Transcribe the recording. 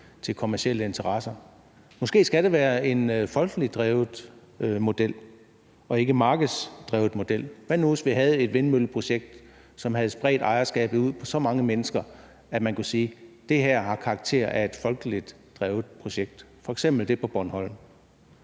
til kommercielle interesser. Måske skal det være en folkeligt drevet model og ikke en markedsdrevet model. Hvad nu, hvis vi havde et vindmølleprojekt, som havde spredt ejerskabet ud på så mange mennesker, at man kunne sige, at det havde karakter af et folkeligt drevet projekt, f.eks. ligesom det på Bornholm?